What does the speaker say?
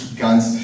ganz